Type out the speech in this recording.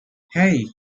hey